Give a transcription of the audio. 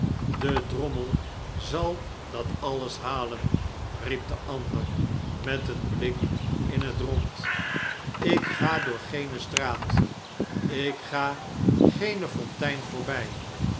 de drommel zal dat alles halen riep de ander met een blik in het rond lk ga door geene straat ik ga geene fontein voorbij